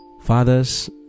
Fathers